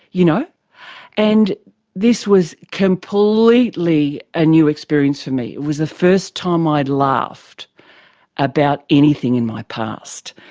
you know and this was completely a new experience for me, it was the first time i'd laughed about anything in my past.